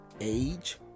age